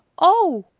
oh!